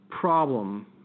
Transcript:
problem